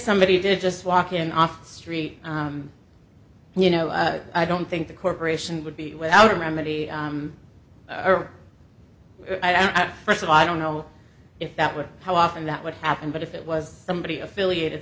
somebody did just walk in off the street and you know i don't think the corporation would be without a memory i first of all i don't know if that would how often that would happen but if it was somebody affiliated